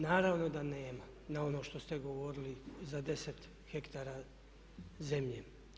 Naravno da nema na ono što ste govorili za 10 hektara zemlje.